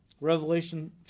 Revelation